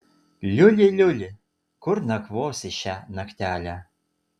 liuli liuli kur nakvosi šią naktelę